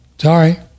Sorry